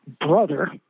brother